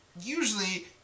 usually